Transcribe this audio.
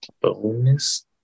Bonus